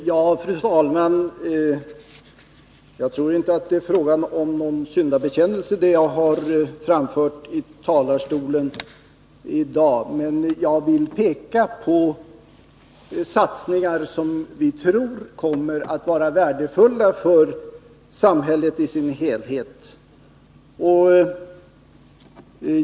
Fru talman! Jag tror inte det är någon syndabekännelse som jag har framfört i talarstolen i dag. Jag vill peka på satsningar som vi tror kommer att vara värdefulla för samhället i dess helhet.